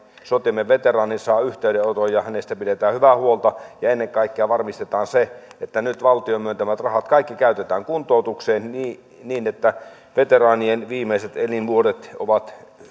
sotiemme veteraani saa yhteydenoton ja hänestä pidetään hyvää huolta ja ennen kaikkea varmistetaan se että nyt valtion myöntämät rahat kaikki käytetään kuntoutukseen niin niin että veteraanien viimeiset elinvuodet ovat